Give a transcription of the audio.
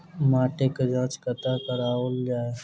माटिक जाँच कतह कराओल जाए?